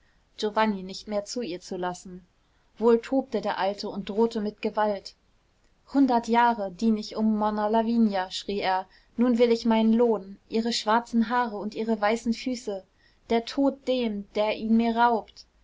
giovanni nicht mehr zu ihr zu lassen wohl tobte der alte und drohte mit gewalt hundert jahre dien ich um monna lavinia schrie er nun will ich meinen lohn ihre schwarzen haare und ihre weißen füße der tod dem der ihn mir raubt